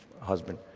husband